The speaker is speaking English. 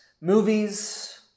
movies